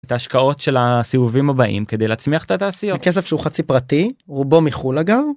את השקעות של הסיבובים הבאים כדי להצמיח את התעשיות כסף שהוא חצי פרטי רובו מחול אגב.